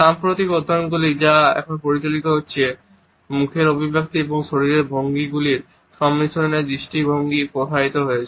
সাম্প্রতিক অধ্যয়নগুলি যা এখন পরিচালিত হচ্ছে মুখের অভিব্যক্তি এবং শরীরের ভঙ্গিগুলির সংমিশ্রণে দৃষ্টিভঙ্গি প্রসারিত করেছে